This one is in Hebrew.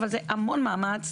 אבל זה המון מאמץ.